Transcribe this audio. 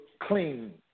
clean